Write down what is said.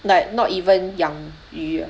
like not even 养鱼 ah